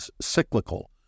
cyclical